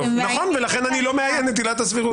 נכון, ולכן אני לא מאיין את עילת הסבירות.